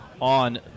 on